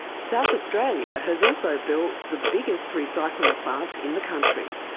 south australia has also built the biggest recycling plant in the country,